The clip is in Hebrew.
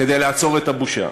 כדי לעצור את הבושה.